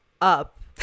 up